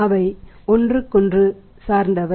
அவை ஒன்றுக்கொன்று சார்ந்தவை